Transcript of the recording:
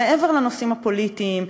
מעבר לנושאים הפוליטיים,